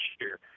year